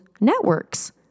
networks